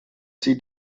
sie